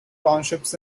townships